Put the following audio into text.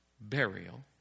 burial